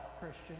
Christian